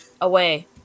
away